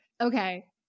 Okay